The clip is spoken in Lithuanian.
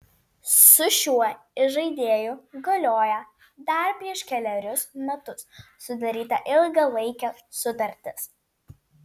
su šiuo įžaidėju galioja dar prieš kelerius metus sudaryta ilgalaikė sutartis